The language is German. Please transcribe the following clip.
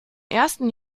ersten